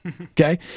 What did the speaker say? Okay